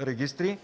регистри,